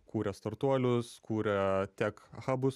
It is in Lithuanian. kūrė startuolius kūrė tekhabus